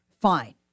fine